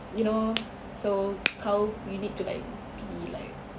you know so kau you need to like be like